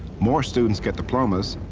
more students get diplomas,